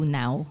now